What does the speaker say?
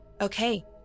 Okay